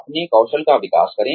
अपने कौशल का विकास करें